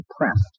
depressed